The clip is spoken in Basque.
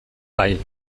bai